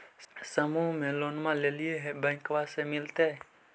समुह मे लोनवा लेलिऐ है बैंकवा मिलतै?